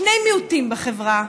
שני מיעוטים בחברה,